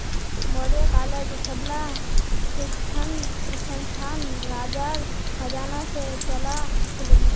मौर्य कालत सबला शिक्षणसंस्थान राजार खजाना से चलअ छीले